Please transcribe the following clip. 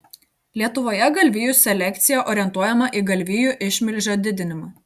lietuvoje galvijų selekcija orientuojama į galvijų išmilžio didinimą